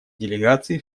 делегации